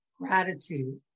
gratitude